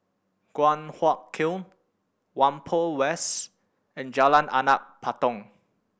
Guan Huat Kiln Whampoa West and Jalan Anak Patong